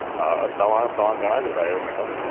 हा तव्हां तव्हां घणा आयो मैडम